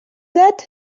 that